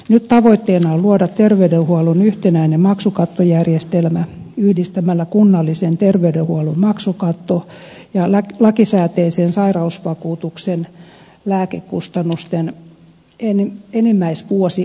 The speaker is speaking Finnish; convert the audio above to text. nyt tavoitteena on luoda terveydenhuollon yhtenäinen maksukattojärjestelmä yhdistämällä kunnallisen terveydenhuollon maksukatto ja lakisääteisen sairausvakuutuksen lääkekustannusten enimmäisvuosi omavastuuosuus